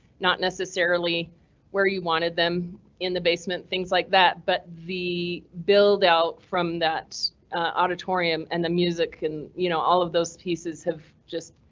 not necessarily where you wanted them in the basement. things like that, but the build out from that auditorium and the music and. you know all of those pieces have just.